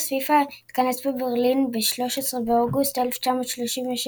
פיפ"א התכנס בברלין ב-13 באוגוסט 1936,